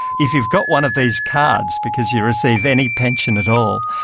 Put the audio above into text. if you've got one of these cards because you receive any pension at all,